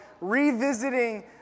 revisiting